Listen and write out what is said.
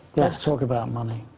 let's talk about money.